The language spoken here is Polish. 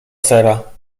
sera